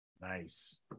Nice